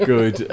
Good